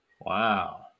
Wow